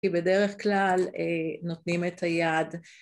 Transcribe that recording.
כי בדרך כלל נותנים את היד.